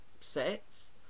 sets